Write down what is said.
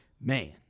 Man